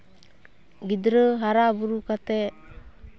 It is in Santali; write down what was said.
ᱜᱤᱫᱽᱨᱟᱹ ᱦᱟᱨᱟᱼᱵᱩᱨᱩ ᱠᱟᱛᱮᱜ